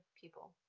people